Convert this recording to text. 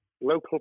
local